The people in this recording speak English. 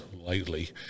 lightly